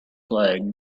flag